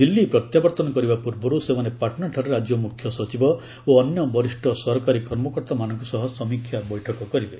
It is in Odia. ଦିଲ୍ଲୀ ପ୍ରତ୍ୟାବର୍ତ୍ତନ କରିବା ପୂର୍ବରୁ ସେମାନେ ପାଟ୍ନାଠାରେ ରାଜ୍ୟ ମୁଖ୍ୟସଚିବ ଓ ଅନ୍ୟ ବରିଷ୍ଣ ସରକାରୀ କର୍ମକର୍ତ୍ତାମାନଙ୍କ ସହ ସମୀକ୍ଷା ବୈଠକ କରିବେ